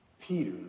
Peter